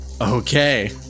Okay